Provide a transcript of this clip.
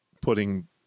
putting